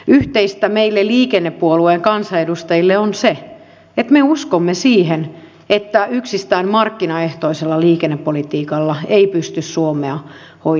yhteistä meille liikennepuolueen kansanedustajille on se että me uskomme siihen että yksistään markkinaehtoisella liikennepolitiikalla ei pysty suomea hoitamaan